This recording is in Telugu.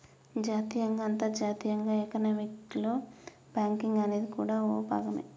జాతీయంగా అంతర్జాతీయంగా ఎకానమీలో బ్యాంకింగ్ అనేది కూడా ఓ భాగమే